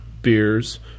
Beers